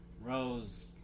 rose